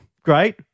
Great